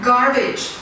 Garbage